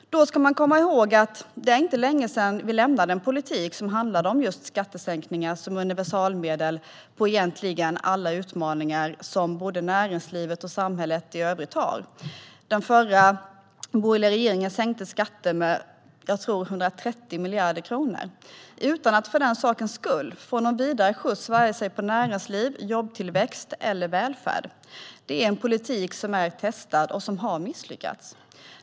Då ska man komma ihåg att det inte är länge sedan som vi lämnade en politik som handlade om just skattesänkningar som universalmedel för att hantera alla utmaningar som både näringslivet och samhället i övrigt har. Den förra borgerliga regeringen sänkte skatter med 130 miljarder kronor, utan att för den sakens skull få någon vidare skjuts på vare sig näringsliv, jobbtillväxt eller välfärd. Det är en politik som är testad och som har misslyckats.